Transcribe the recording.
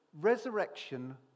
resurrection